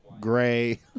gray